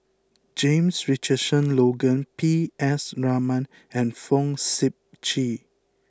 James Richardson Logan P S Raman and Fong Sip Chee